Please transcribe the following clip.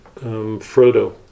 Frodo